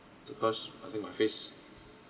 because I think my face